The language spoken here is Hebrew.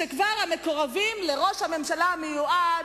כשכבר המקורבים לראש הממשלה המיועד,